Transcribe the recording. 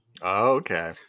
okay